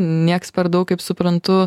nieks per daug kaip suprantu